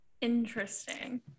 Interesting